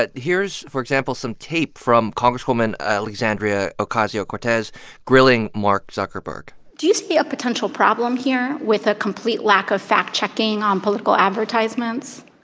but here's, for example, some tape from congresswoman alexandria ocasio-cortez grilling mark zuckerberg do you see a potential problem here with a complete lack of fact-checking on political advertisements?